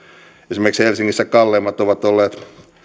esimerkiksi helsingissä kalleimmat ovat olleet